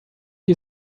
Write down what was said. you